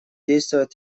действовать